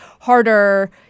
harder